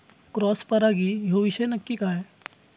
Cross परागी ह्यो विषय नक्की काय?